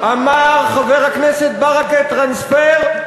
אמר חבר הכנסת ברכה "טרנספר",